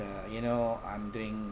a you know I'm doing